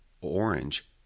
orange